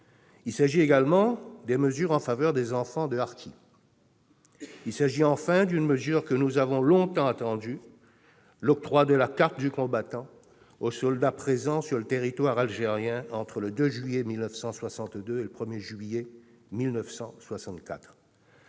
Il s'agit également des mesures en faveur des enfants de harkis. Il s'agit enfin d'une mesure que nous avons longtemps attendue : l'octroi de la carte du combattant aux soldats présents sur le territoire algérien entre le 2 juillet 1962 et le 1 juillet 1964.